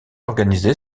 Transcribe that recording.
organisé